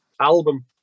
album